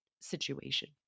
situation